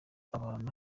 abantu